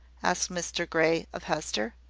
asked mr grey of hester.